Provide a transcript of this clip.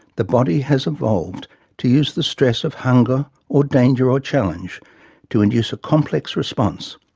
the body has evolved to use the stress of hunger or danger or challenge to induce a complex response,